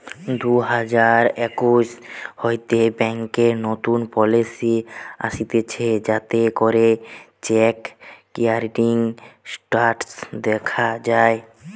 দুই হাজার একুশ হইতে ব্যাংকে নতুন পলিসি আসতিছে যাতে করে চেক ক্লিয়ারিং স্টেটাস দখা যায়